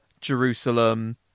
jerusalem